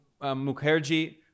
Mukherjee